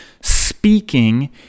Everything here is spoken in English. speaking